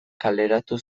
kaleratu